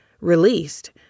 released